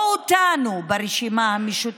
לא אותנו ברשימה המשותפת,